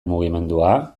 mugimendua